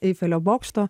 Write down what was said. eifelio bokšto